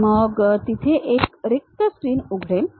मग तेथे एक रिक्त स्क्रीन उघडेल